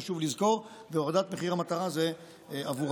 זאת חשוב לזכור, מחיר המטרה הוא עבורם.